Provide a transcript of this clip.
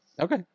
Okay